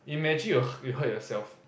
imagine you hurt yourself